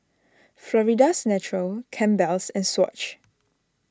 Florida's Natural Campbell's and Swatch